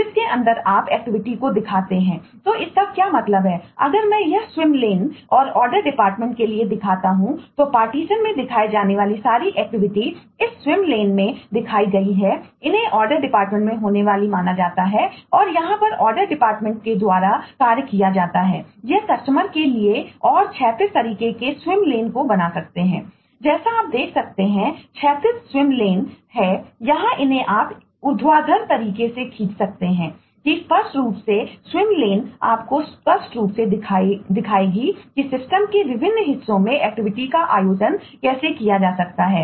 जैसा आप यहां देख सकते हैं ये क्षैतिज स्विम लेन का आयोजन कैसे किया जा सकता है